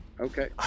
Okay